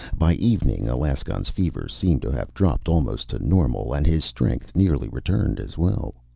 by evening, alaskon's fever seemed to have dropped almost to normal, and his strength nearly returned as well.